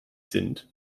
sind